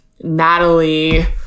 Natalie